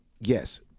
yes